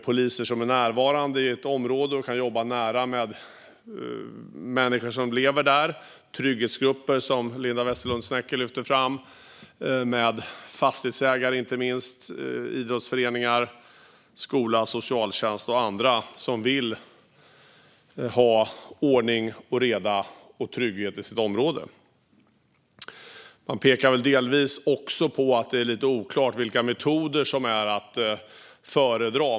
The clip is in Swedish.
Poliser som är närvarande i ett område kan jobba nära människor som lever där, trygghetsgrupper, som Linda Westerlund Snecker lyfte fram, fastighetsägare, inte minst, idrottsföreningar, skola, socialtjänst och andra som vill ha ordning och reda och trygghet i sitt område. Man pekar väl delvis på att det är lite oklart vilka metoder som är att föredra.